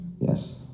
yes